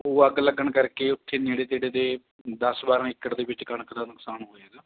ਉਹ ਅੱਗ ਲੱਗਣ ਕਰਕੇ ਉੱਥੇ ਨੇੜੇ ਤੇੜੇ ਦੇ ਦਸ ਬਾਰ੍ਹਾਂ ਏਕੜ ਦੇ ਵਿੱਚ ਕਣਕ ਦਾ ਨੁਕਸਾਨ ਹੋਇਆ